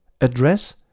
address